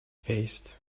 paste